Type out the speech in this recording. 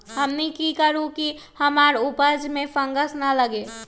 हमनी की करू की हमार उपज में फंगस ना लगे?